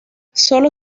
solo